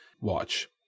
watch